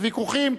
הוויכוחים,